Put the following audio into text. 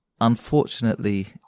Unfortunately